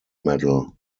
medal